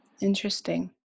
Interesting